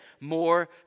more